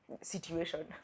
situation